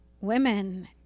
women